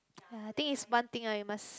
ya I think it's one thing ah you must